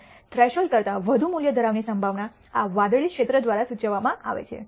અને થ્રેશોલ્ડ કરતા વધુ મૂલ્ય ધરાવવાની સંભાવના આ વાદળી ક્ષેત્ર દ્વારા સૂચવવામાં આવે છે